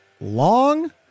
long